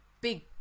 big